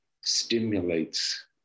stimulates